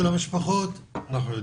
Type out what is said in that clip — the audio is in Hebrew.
של המשפחות אנחנו יודעים.